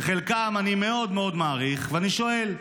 שאת חלקם אני מאוד מאוד מעריך, ואני שואל: